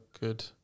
good